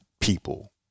people